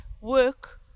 work